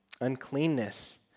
uncleanness